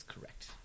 correct